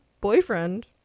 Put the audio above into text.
boyfriend